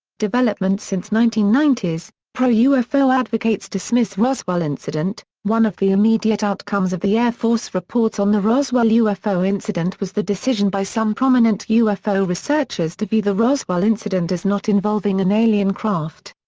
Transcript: developments since nineteen ninety s pro-ufo advocates dismiss roswell incident one of the immediate outcomes of the air force reports on the roswell ufo incident was the decision by some prominent ufo researchers to view the roswell incident as not involving an alien craft.